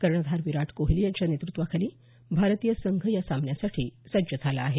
कर्णधार विराट कोहली याच्या नेतृत्त्वाखाली भारतीय संघ या सामन्यासाठी सज्ज झाला आहे